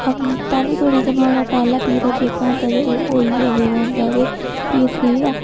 up तेल्लू धोड़ी जेह्ड़ा ओह्दा पैह्ला पीरियड जेह्का होंदा तां ओह् होई गै गेदा होंदा ते फ्ही ओह् पुजदा